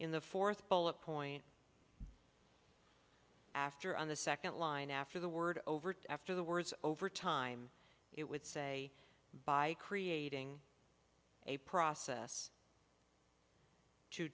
in the fourth bullet point after on the second line after the word overt after the words over time it would say by creating a process to